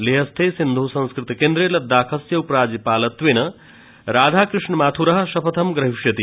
लेहस्थे सिन्ध संस्कृत केन्द्रे लद्दाखस्य उपराज्यपालत्वेन राधाकृष्ण माथुरः शपथं प्रहीष्यति